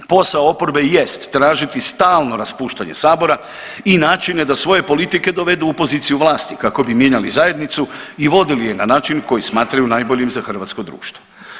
Posao oporbe jest tražiti stalno raspuštanje sabora i načine da svoje politike dovedu u poziciju vlasti kako bi mijenjali zajednicu i vodili ju na način koji smatraju najboljim za hrvatsko društvo.